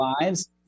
lives